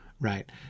right